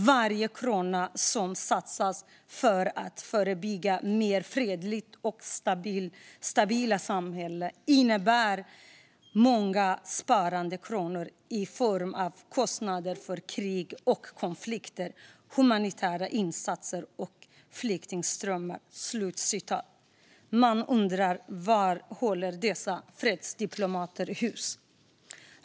Varje krona som satsas för att bygga mer fredliga och stabila samhällen innebär många sparade kronor i form av kostnader för krig och konflikter, humanitära insatser och flyktingströmmar." Man undrar var dessa fredsdiplomater håller hus.